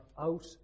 out